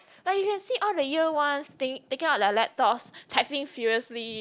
but you can see all the year ones think taking out their laptops typing furiously